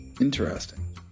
Interesting